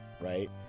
right